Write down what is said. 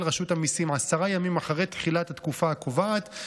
רשות המיסים עשרה ימים אחרי תחילת התקופה הקובעת,